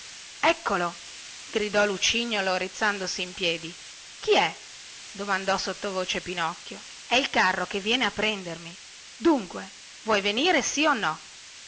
eccolo gridò lucignolo rizzandosi in piedi chi è domandò sottovoce pinocchio è il carro che viene a prendermi dunque vuoi venire sì o no